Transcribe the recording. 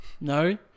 No